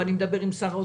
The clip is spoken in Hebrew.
דיברתי עם שר האוצר,